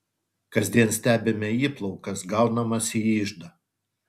kasdien stebime įplaukas gaunamas į iždą